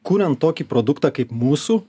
kuriant tokį produktą kaip mūsų